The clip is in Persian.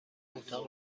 اتاق